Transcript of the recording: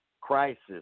crisis